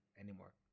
anymore